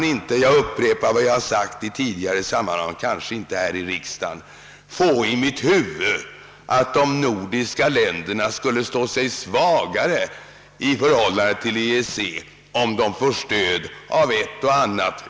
Jag tillåter mig alltså att återkomma till frågan.